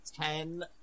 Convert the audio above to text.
ten